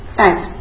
thanks